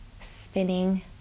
spinning